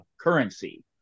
currency